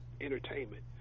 entertainment